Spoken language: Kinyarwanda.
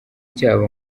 cyabo